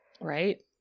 Right